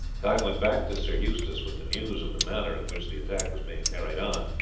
guy went back to sir eustace with the news of the manner in which the attack was being carried on,